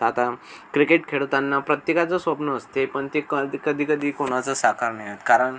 आता क्रिकेट खेळताना प्रत्येकाचं स्वप्न असते पण ते कद कधी कधी कोणाचं साकार नाही होत कारण